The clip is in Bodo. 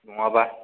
नङाबा